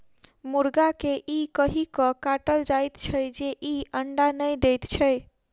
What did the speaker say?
मुर्गा के ई कहि क काटल जाइत छै जे ई अंडा नै दैत छै